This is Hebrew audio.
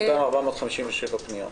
עם אותן 457 פניות.